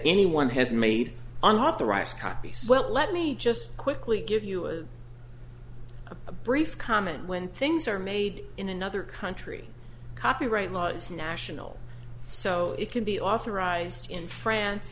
anyone has made an authorised copy so well let me just quickly give you a brief comment when things are made in another country copyright laws national so it can be authorized in france